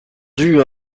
dues